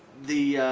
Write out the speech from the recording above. the